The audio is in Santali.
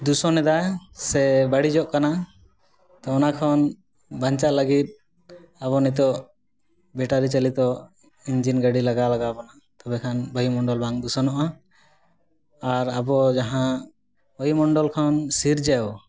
ᱫᱩᱥᱚᱱᱮᱫᱟ ᱥᱮ ᱵᱟᱹᱲᱤᱡᱚᱜ ᱠᱟᱱᱟ ᱛᱚ ᱚᱱᱟᱠᱷᱚᱱ ᱵᱟᱧᱪᱟᱜ ᱞᱟᱹᱜᱤᱫ ᱟᱵᱚ ᱱᱤᱛᱚᱜ ᱵᱮᱴᱟᱨᱤ ᱪᱟᱞᱤᱛᱚ ᱤᱧᱡᱤᱱ ᱜᱟᱹᱰᱤ ᱞᱟᱜᱟ ᱞᱟᱜᱟᱣᱵᱚᱱᱟ ᱛᱚᱵᱮ ᱠᱷᱟᱱ ᱵᱟᱭᱩᱢᱚᱱᱰᱚᱞ ᱵᱟᱝ ᱫᱩᱥᱚᱱᱚᱜᱼᱟ ᱟᱨ ᱟᱵᱚ ᱡᱟᱦᱟᱸ ᱵᱟᱭᱩᱢᱚᱱᱰᱚᱞ ᱠᱷᱚᱱ ᱥᱤᱨᱡᱟᱹᱣ